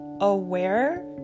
aware